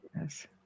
Yes